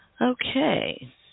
Okay